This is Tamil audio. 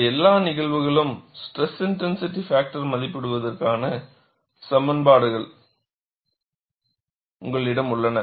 இந்த எல்லா நிகழ்வுகளுக்கும் ஸ்ட்ரெஸ் இன்டென்சிட்டி பாக்டர் மதிப்பிடுவதற்கான சமன்பாடுகள் உங்களிடம் உள்ளன